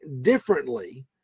differently